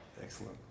excellent